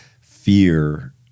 fear